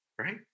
right